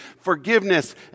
forgiveness